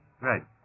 right